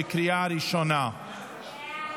בקריאה ראשונה.